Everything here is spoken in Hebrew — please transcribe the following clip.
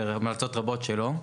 המלצות רבות שלו.